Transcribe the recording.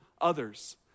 others